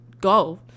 go